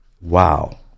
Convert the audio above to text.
Wow